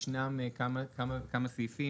ישנם כמה סעיפים,